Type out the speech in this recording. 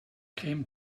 came